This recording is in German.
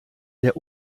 der